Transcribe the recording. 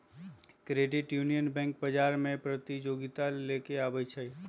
credit union bank बजार में प्रतिजोगिता लेके आबै छइ